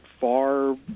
far